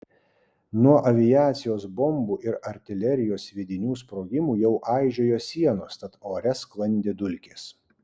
nuo aviacijos bombų ir artilerijos sviedinių sprogimų jau aižėjo sienos tad ore sklandė dulkės